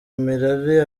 imirari